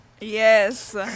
Yes